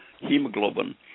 hemoglobin